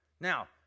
Now